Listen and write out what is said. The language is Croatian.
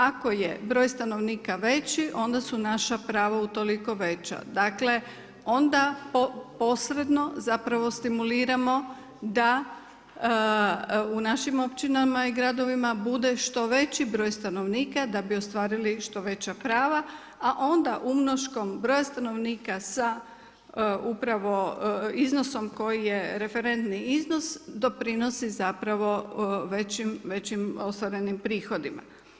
Ako je broj stanovnika veći onda su naša prava utoliko veća, dakle posredno stimuliramo da u našim općinama i gradovima bude što veći broj stanovnika da bi ostvarili što veća prava, a onda umnoškom broja stanovnika sa upravo iznosom koji je referentni iznos doprinosi većim ostvarenim prihodima.